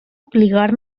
obligar